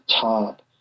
top